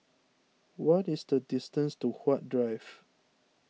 what is the distance to Huat Drive